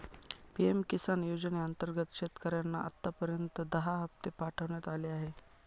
PM Kisan योजनेअंतर्गत शेतकऱ्यांना आतापर्यंत दहा हप्ते पाठवण्यात आले आहेत